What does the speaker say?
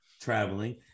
traveling